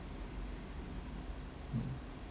mm